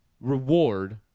reward